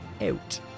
out